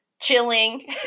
chilling